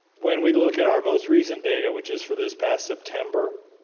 when we look at our most recent data, which is for this past september,